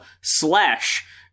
slash